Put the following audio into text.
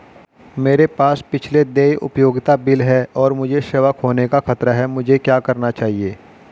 मेरे पास पिछले देय उपयोगिता बिल हैं और मुझे सेवा खोने का खतरा है मुझे क्या करना चाहिए?